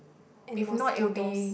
and mosquitos